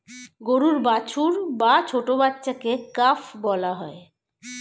গরুর বাছুর বা ছোট্ট বাচ্ছাকে কাফ বলা হয়